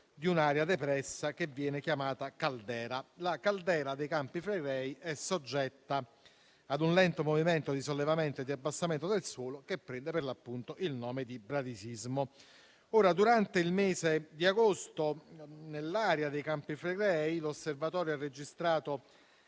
di un'area depressa, che viene chiamata caldera. La caldera dei Campi Flegrei è soggetta a un lento movimento di sollevamento e di abbassamento del suolo che prende il nome di bradisismo. Durante il mese di agosto, nell'area dei Campi Flegrei l'Osservatorio ha registrato